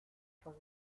for